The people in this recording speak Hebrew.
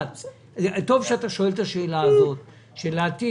טוב שאתה שואל את השאלה הזאת לעתיד,